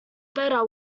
better